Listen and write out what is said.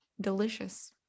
delicious